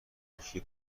مشکی